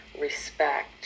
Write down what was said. respect